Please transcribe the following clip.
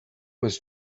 was